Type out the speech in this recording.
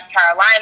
Carolina